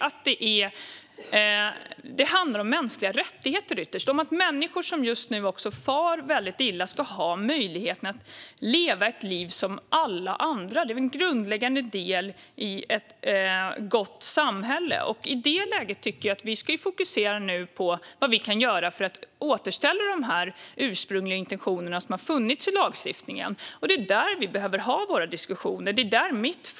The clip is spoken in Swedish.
Detta handlar ytterst om mänskliga rättigheter. Det handlar om att människor som just nu far väldigt illa ska ha möjlighet att leva ett liv som alla andra. Det är en grundläggande del i ett gott samhälle. I detta läge tycker jag att vi nu ska fokusera på vad vi kan göra för att återställa de ursprungliga intentioner som har funnits i lagstiftningen. Det är i fråga om det som vi behöver ha våra diskussioner.